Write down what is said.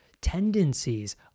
tendencies